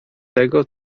tego